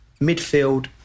midfield